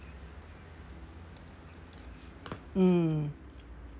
mm